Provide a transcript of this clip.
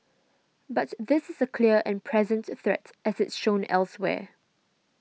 but this is a clear and present threat as it's shown elsewhere